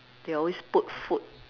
they always put food